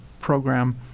program